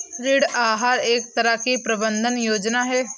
ऋण आहार एक तरह की प्रबन्धन योजना है